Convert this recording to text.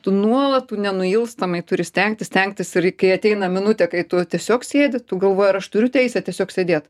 tu nuolat tu nenuilstamai turi stengtis stengtis ir kai ateina minutė kai tu tiesiog sėdi tu galvoji ar aš turiu teisę tiesiog sėdėt